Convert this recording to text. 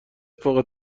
فوق